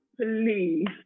please